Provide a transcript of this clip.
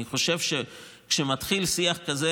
אני חושב שכשמתחיל שיח כזה,